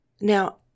Now